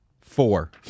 Four